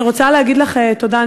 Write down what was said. אני רוצה להגיד לך תודה,